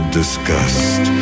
disgust